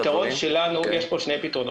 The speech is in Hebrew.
יש פה שני פתרונות.